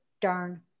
darn